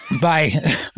bye